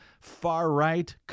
far-right